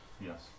Yes